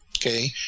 okay